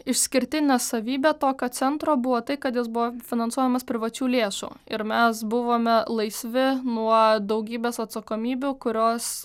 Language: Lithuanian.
išskirtinė savybė tokio centro buvo tai kad jis buvo finansuojamas privačių lėšų ir mes buvome laisvi nuo daugybės atsakomybių kurios